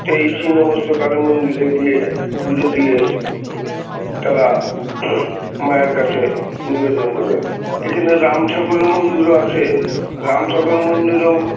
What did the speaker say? সেই ছিন্নমস্তা কালী মন্দিরে গিয়ে পুজো দিয়ে তারা মায়ের কাছে নিবেদন করেন এখানে রাম ঠাকুরের মন্দিরও আছে রাম ঠাকুর মন্দিরেও